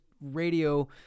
radio